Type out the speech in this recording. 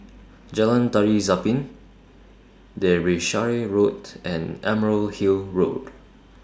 Jalan Tari Zapin Derbyshire Road and Emerald Hill Road